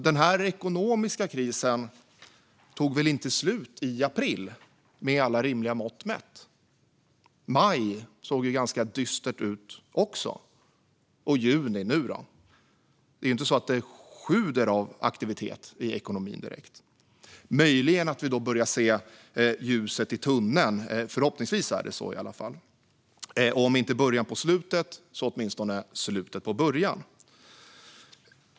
Den ekonomiska krisen tog väl inte slut i april, med alla rimliga mått mätt. Maj såg ju också ganska dyster ut, och nu i juni sjuder det inte direkt av aktivitet i ekonomin. Möjligen börjar vi se ljuset i tunneln; förhoppningsvis är det i alla fall så. Om det inte är början på slutet är det åtminstone slutet på början.